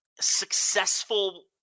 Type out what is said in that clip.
successful